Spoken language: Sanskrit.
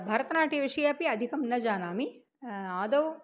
भरतनाट्यविषये अपि अधिकं न जानामि आदौ